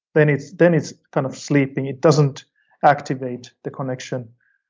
then it's then it's kind of sleeping. it doesn't activate the connection.